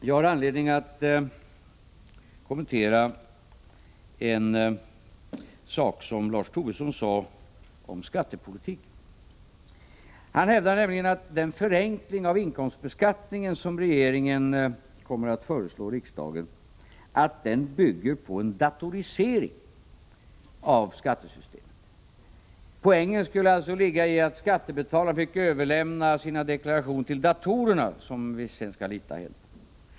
Jag har anledning att kommentera en sak som Lars Tobisson sade om skattepolitiken. Han hävdade nämligen att den förenkling av inkomstbeskattningen som regeringen kommer att föreslå riksdagen bygger på en datorisering av skattesystemet. Poängen skulle alltså vara att skattebetalarna fick överlämna sina deklarationer till datorerna, som vi sedan skulle lita helt på.